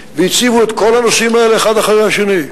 והציבו את כל הנושאים האלה האחד אחרי השני,